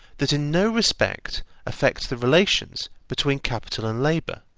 that in no respect affect the relations between capital and labour,